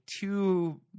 two